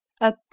A